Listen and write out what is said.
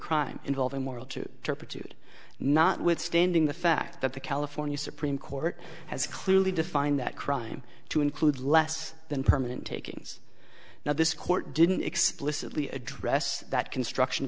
crime involving moral two turpitude notwithstanding the fact that the california supreme court has clearly defined that crime to include less than permanent takings now this court didn't explicitly address that construction